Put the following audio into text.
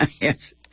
Yes